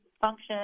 function